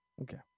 Okay